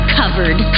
covered